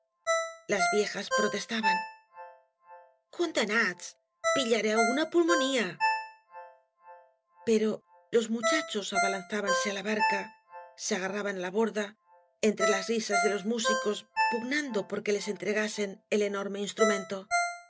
las viejas protestaban jgondenatsl j pillaren una pulmonía pero ios muchachos abaunzábatise á la barca se agarraban á la borda entre las t isas de los mübícos pugnando por que les entregasen el enorme instrumento a